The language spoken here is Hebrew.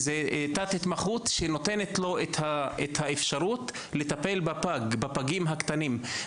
תת-התמחות שנותנת לו את האפשרות לטפל בפגים הקטנים.